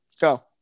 Go